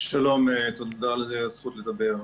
תודה רבה על הזכות לדבר.